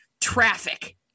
Traffic